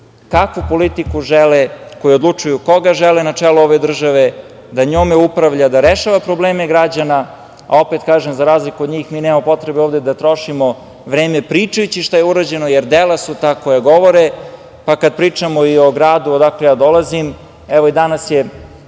kakvu politiku žele, koji odlučuju koga žele na čelu ove države da njome upravlja, da rešava probleme građana, a opet kažem, za razliku od njih, mi nemamo potrebe ovde da trošimo vreme pričajući šta je urađeno, jer dela su ta koja govore. Kada pričamo i o gradu odakle ja dolazim. Evo danas je